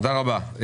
תודה רבה.